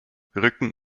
rücken